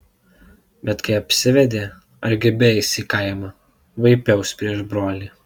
bet kai apsivedė argi beeis į kaimą vaipiaus prieš brolį